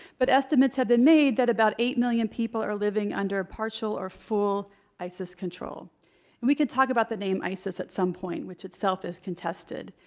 but estimates have been made that about eight million people are living under partial or full isis control. and we could talk about the name isis at some point, which itself is contested.